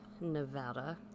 Nevada